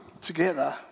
Together